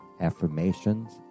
affirmations